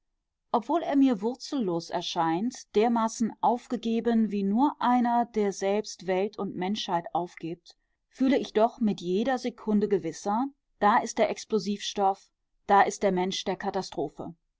obwohl er mir wurzellos erscheint dermaßen aufgegeben wie nur einer der selbst welt und menschheit aufgibt fühle ich doch mit jeder sekunde gewisser da ist der explosivstoff da ist der mensch der katastrophe